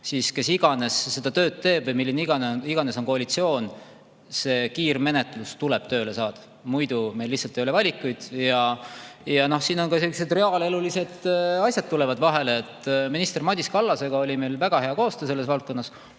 siis kes iganes seda tööd teeb või milline iganes on koalitsioon, see kiirmenetlus tuleb tööle saada, muidu meil lihtsalt ei ole valikuid. Ja siin ka sellised reaalelulised asjad tulevad vahele. Minister Madis Kallasega oli meil väga hea koostöö selles valdkonnas.